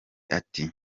ati